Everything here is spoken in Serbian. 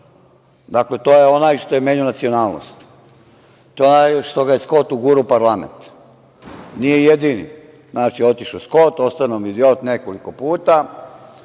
Dakle, to je onaj što je menjao nacionalnost, to je onaj što ga je Skot ugurao u parlament. Nije jedini. Znači, otišao Skot, ostao nam idiot nekoliko puta.